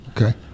Okay